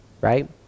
right